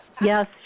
Yes